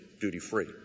duty-free